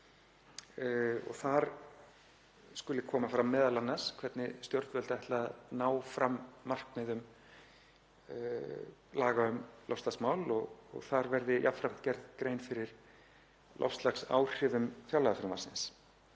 Þar skuli koma fram m.a. hvernig stjórnvöld ætla að ná fram markmiðum laga um loftslagsmál. Þar verði jafnframt gerð grein fyrir loftslagsáhrifum fjárlagafrumvarpsins.